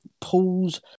pools